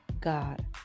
God